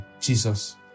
Jesus